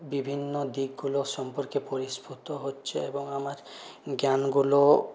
বিভিন্ন দিকগুলো সম্পর্কে প্রস্ফুটিত হচ্ছে এবং আমার জ্ঞানগুলো